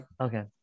Okay